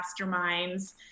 masterminds